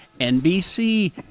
nbc